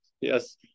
yes